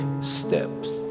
steps